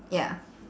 ya